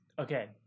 Okay